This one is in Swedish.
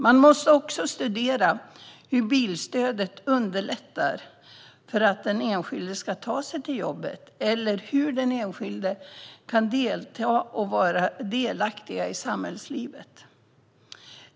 Man måste också studera hur bilstödet underlättar för den enskilde att ta sig till jobbet och hur den enskilde kan vara delaktig i samhällslivet.